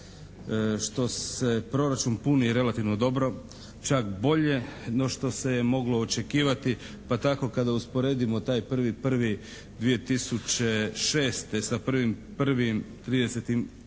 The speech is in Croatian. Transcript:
što se proračun puni relativno dobro, čak bolje no što se je moglo očekivati, pa tako kada usporedimo taj 1.1.2006. sa 1.1.,